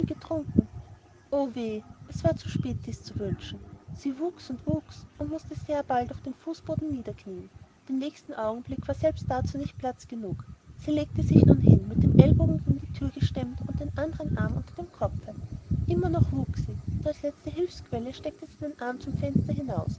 getrunken o weh es war zu spät dies zu wünschen sie wuchs und wuchs und mußte sehr bald auf den fußboden niederknien den nächsten augenblick war selbst dazu nicht platz genug sie legte sich nun hin mit einem ellbogen gegen die thür gestemmt und den andern arm unter dem kopfe immer noch wuchs sie und als letzte hülfsquelle streckte sie einen arm zum fenster hinaus